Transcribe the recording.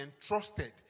entrusted